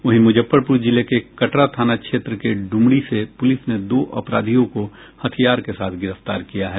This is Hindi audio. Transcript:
वहीं मुजफ्फरपुर जिले के कटरा थाना क्षेत्र के डुमरी से पूलिस ने दो अपराधियों को हथियार के साथ गिरफ्तार किया है